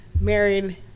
married